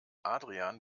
adrian